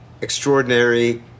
extraordinary